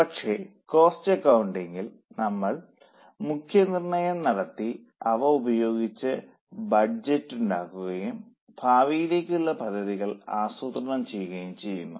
പക്ഷേ കോസ്റ്റ് അകൌണ്ടിംഗിൽ നമ്മൾ മൂല്യനിർണയം നടത്തി അവ ഉപയോഗിച്ച് ബഡ്ജറ്റ് ഉണ്ടാക്കുകയും ഭാവിയിലേക്കുള്ള പദ്ധതികൾ ആസൂത്രണം ചെയ്യുകയും ചെയ്യുന്നു